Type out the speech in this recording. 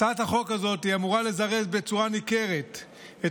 הצעת החוק הזאת אמורה לזרז בצורה ניכרת את